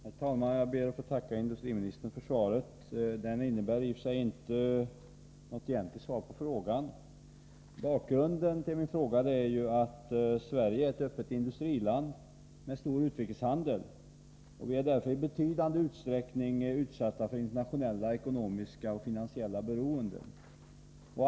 Herr talman! Jag ber att få tacka industriministern för svaret, som i och för sig inte innebär något egentligt svar på frågan. Bakgrunden till min fråga är att Sverige är ett öppet industriland med stor utrikeshandel. Vi är därför i betydande utsträckning utsatta för internationella ekonomiska och finansiella beroenden.